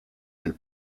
del